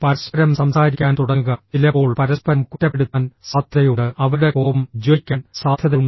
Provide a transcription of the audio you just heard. പരസ്പരം സംസാരിക്കാൻ തുടങ്ങുക ചിലപ്പോൾ പരസ്പരം കുറ്റപ്പെടുത്താൻ സാധ്യതയുണ്ട് അവരുടെ കോപം ജ്വലിക്കാൻ സാധ്യതയുണ്ട്